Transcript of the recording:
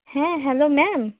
হ্যাঁ hello ma'am